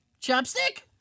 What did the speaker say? Chopstick